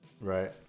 Right